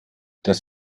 das